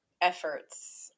efforts